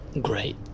Great